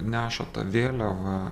neša tą vėliavą